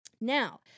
Now